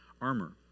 armor